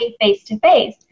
face-to-face